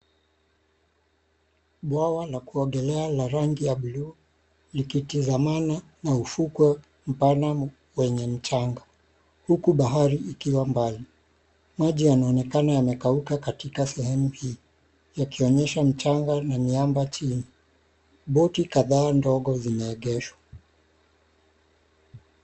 Bwawa la kuogelea la rangi la blue likitizamana na ufukwe mpana wenye mchanga huku bahari ikiwa mbali. Maji yanaonekana yamekauka katika sehemu hii yakionyesha mchanga na miamba chini. Boti kadhaa ndogo zimeegeshwa.